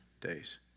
days